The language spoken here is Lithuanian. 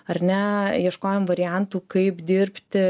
ar ne ieškojom variantų kaip dirbti